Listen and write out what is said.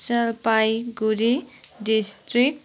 Jalpaiguri district